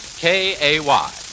K-A-Y